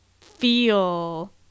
feel